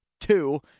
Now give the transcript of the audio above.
two